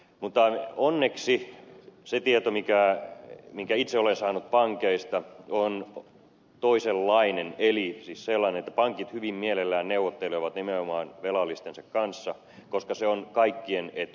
mutta onneksi se tieto minkä itse olen saanut pankeista on toisenlainen eli siis sellainen että pankit hyvin mielellään neuvottelevat nimenomaan velallistensa kanssa koska se on kaikkien etu